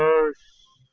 was